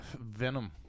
Venom